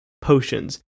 potions